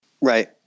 Right